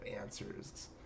answers